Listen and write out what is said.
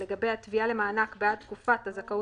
לגבי התביעה למענק בעד תקופת הזכאות